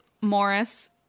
morris